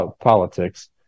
politics